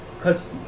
cause